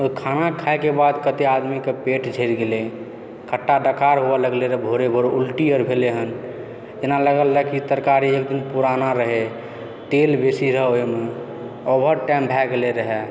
ओहि खाना खयलाक बाद कतेक आदमीके पेट झड़ि गेलैए खट्टा डकार होबै लगलैए भोरे भोर उनटी होबै लगलैए हन एना लगलै तरकारी एक दिन पुरना रहै तेल बेसी रहै ओहिमे ओ वर टाइम भए गेल रहै